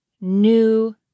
new